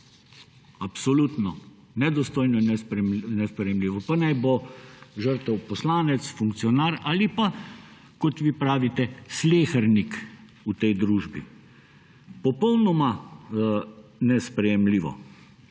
absolutno nedostojno in nesprejemljivo, pa naj bo žrtev poslanec, funkcionar ali pa, kot vi pravite, slehernik v tej družbi, popolnoma nesprejemljivo.